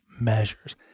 measures